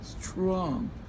strong